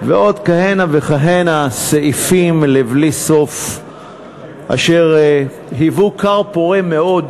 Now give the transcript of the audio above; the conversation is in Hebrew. ועוד כהנה וכהנה סעיפים לבלי-סוף אשר היוו כר פורה מאוד